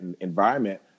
environment